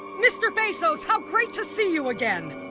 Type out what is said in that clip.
mr. bezos, how great to see you again.